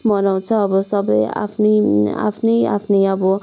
मनाउँछ अब सबै आफ्नै आफ्नै आफ्नै अब